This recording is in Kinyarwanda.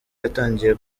yatangiye